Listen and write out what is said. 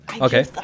Okay